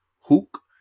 Hook